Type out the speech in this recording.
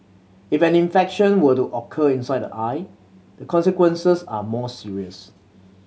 if an infection were to occur inside the eye the consequences are more serious